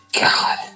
God